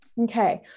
Okay